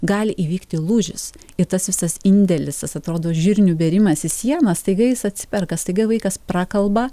gali įvykti lūžis ir tas visas indėlis tas atrodo žirnių bėrimas į sieną staiga jis atsiperka staiga vaikas prakalba